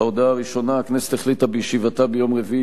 ההודעה הראשונה: הכנסת החליטה בישיבתה ביום רביעי,